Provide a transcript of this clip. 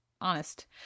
honest